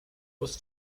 was